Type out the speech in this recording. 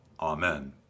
Amen